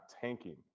tanking